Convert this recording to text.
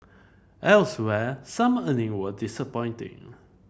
elsewhere some earning were disappointing